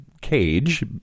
cage